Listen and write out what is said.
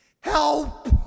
Help